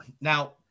now